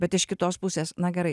bet iš kitos pusės na gerai